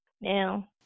now